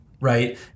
Right